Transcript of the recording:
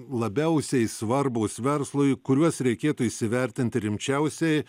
labiausiai svarbūs verslui kuriuos reikėtų įsivertinti rimčiausiai